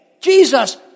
Jesus